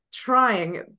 trying